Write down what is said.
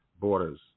borders